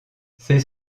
ses